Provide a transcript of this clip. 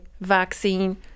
vaccine